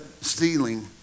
stealing